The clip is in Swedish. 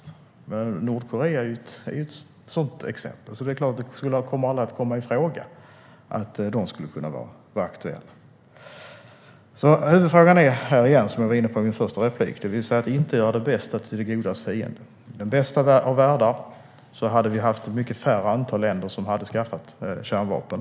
Det kommer aldrig att komma i fråga att Nordkorea skulle kunna vara aktuellt. Som jag var inne på tidigare är huvudfrågan att inte göra det bästa till det godas fiende. I den bästa av världar hade vi haft ett mycket mindre antal länder som hade skaffat kärnvapen.